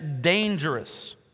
dangerous